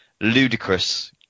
ludicrous